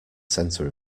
center